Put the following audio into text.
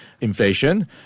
inflation